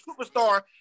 superstar